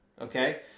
Okay